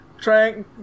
trying